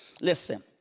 Listen